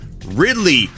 Ridley